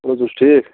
تُہۍ چھِو حظ ٹھیٖک